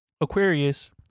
Aquarius